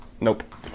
Nope